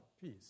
peace